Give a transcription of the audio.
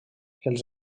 els